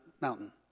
mountain